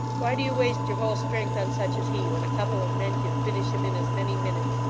why do you waste your whole strength on such as he, when a couple of men can finish him in as many minutes!